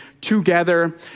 together